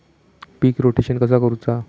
पीक rotation कसा करूचा?